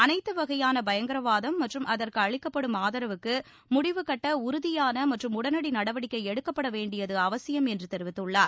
அனைத்து வகையான பயங்கரவாதம் மற்றும் அதற்கு அளிக்கப்படும் ஆதரவுக்கு முடிவு கட்ட உறுதியான மற்றும் உடனடி நடவடிக்கை எடுக்கப்பட வேண்டியது அவசியம் என்று தெரிவித்துள்ளார்